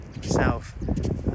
south